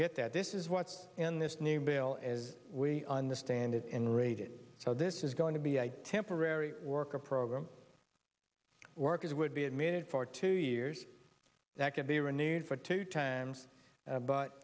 get that this is what's in this new bill as we understand it in rated so this is going to be a temporary worker program workers would be admitted for two years that can be renewed for two times but but